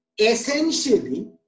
essentially